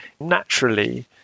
naturally